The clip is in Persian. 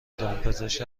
دامپزشک